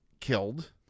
killed